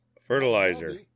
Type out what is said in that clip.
Fertilizer